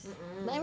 mm